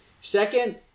second